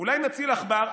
אולי נציל עכבר.